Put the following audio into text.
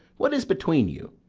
what is between you?